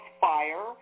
fire